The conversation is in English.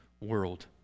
world